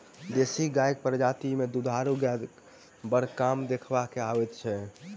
देशी गायक प्रजाति मे दूधारू गाय बड़ कम देखबा मे अबैत अछि